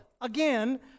again